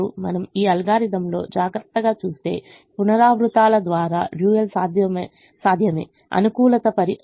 మనం ఈ అల్గోరిథంలో జాగ్రత్తగా చూస్తే పునరావృతాల ద్వారా డ్యూయల్ సాధ్యమయ్యేది డ్యూయల్ సాధ్యమే